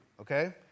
okay